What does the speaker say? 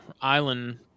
island